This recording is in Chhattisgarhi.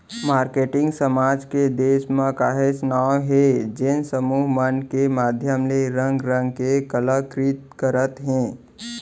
मारकेटिंग समाज के देस म काहेच नांव हे जेन समूह मन के माधियम ले रंग रंग के कला कृति करत हे